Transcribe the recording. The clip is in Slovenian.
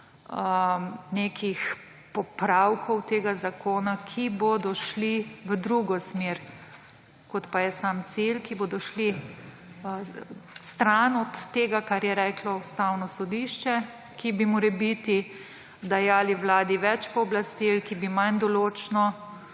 nekih popravkov tega zakona, ki bodo šli v drugo smer, kot pa je sam cilj, ki bodo šli stran od tega, kar je reklo Ustavno sodišče, ki bi morebiti dajali vladi več pooblastil, ki bi manj določno